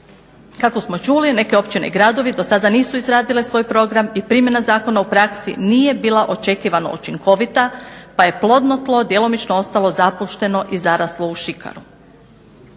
Kako smo čuli, neke općine i gradovi do sada nisu izradile svoj program i primjena zakona u praksi nije bila očekivano učinkovita, pa je plodno tlo djelomično ostalo zapušteno i zarašteno u šikaru.